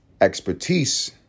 expertise